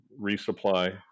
resupply